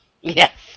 Yes